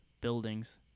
buildings